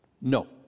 No